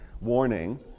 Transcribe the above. warning